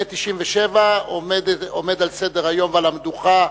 מ-1997 הוא עומד על סדר-היום ועל המדוכה.